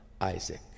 Isaac